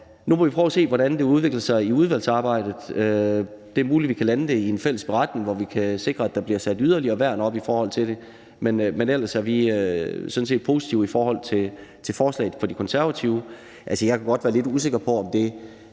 nu må vi prøve at se, hvordan det udvikler sig i udvalgsarbejdet. Det er muligt, vi kan lande det i en fælles beretning, hvor vi kan sikre, at der bliver sat yderligere værn op i forhold til det, men ellers er vi sådan set positive med hensyn til forslaget fra De Konservative. Altså, jeg kan godt være lidt usikker på, om det